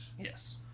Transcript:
Yes